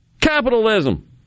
Capitalism